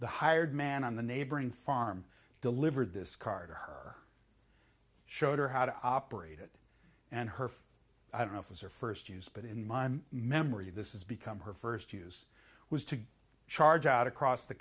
the hired man on the neighboring farm delivered this car to her showed her how to operate it and her i don't know if it's her first use but in my memory this is become her first use was to charge out across the